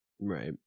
Right